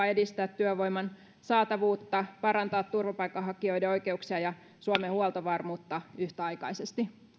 edistää työvoiman saatavuutta sekä parantaa turvapaikanhakijoiden oikeuksia ja suomen huoltovarmuutta yhtäaikaisesti